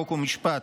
חוק ומשפט,